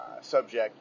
Subject